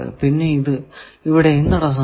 പിന്നെ ഇത് ഇവിടെയും തടസമാണ്